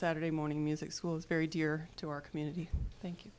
saturday morning music school is very dear to our community thank you